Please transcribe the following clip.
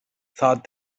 thought